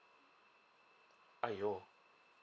!aiyo!